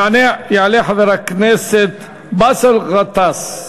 יעלה חבר הכנסת באסל גטאס.